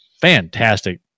fantastic